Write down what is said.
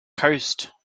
coast